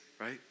right